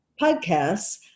podcasts